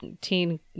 teen